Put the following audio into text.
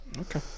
Okay